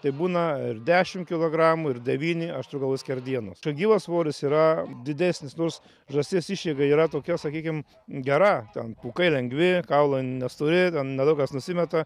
tai būna ir dešimt kilogramų ir devyni aš turiu galvoj skerdienos čia gyvas svoris yra didesnis nors žąsies išeiga yra tokia sakykim gera ten pūkai lengvi kaulai nestori nedaug kas nusimeta